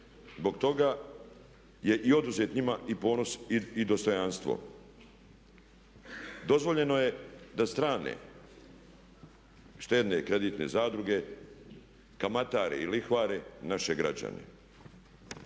Zbog toga je i oduzet njima i ponos i dostojanstvo. Dozvoljeno je da strane štedne kreditne zadruge kamatare i lihvare naši građane.